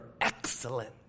excellent